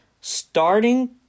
starting